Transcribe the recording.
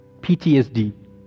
PTSD